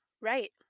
Right